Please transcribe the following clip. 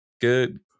good